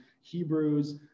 Hebrews